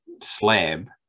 slab